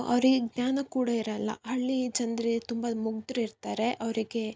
ಅವರಿಗೆ ಜ್ಞಾನ ಕೂಡ ಇರಲ್ಲ ಹಳ್ಳಿ ಜನ್ರಿಗೆ ತುಂಬ ಮುಗ್ದರಿರ್ತಾರೆ ಅವರಿಗೆ